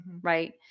Right